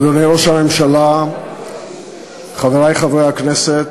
אדוני ראש הממשלה, חברי חברי הכנסת,